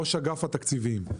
ראש אגף התקציבים,